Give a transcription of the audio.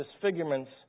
disfigurements